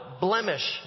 blemish